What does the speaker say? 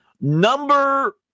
Number